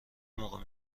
موقع